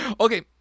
okay